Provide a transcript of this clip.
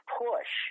push